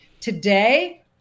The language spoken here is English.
Today